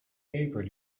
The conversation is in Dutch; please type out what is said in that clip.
paper